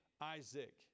Isaac